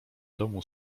domu